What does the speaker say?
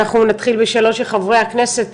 אנחנו נתחיל בשאלות, הערות, של חברי הכנסת.